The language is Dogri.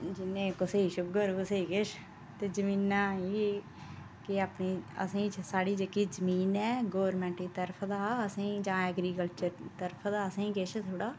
जिन्ने कुसै गी शूगर कुसै गी किश ते जमीनां के अपनी असें स्हाड़ी जेह्की जमीन ऐ गौरमैंट दी तरफ दा असेंगी जां एग्रीकल्चर तरफ दा असेंगी किश थोह्ड़ा